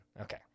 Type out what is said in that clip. Okay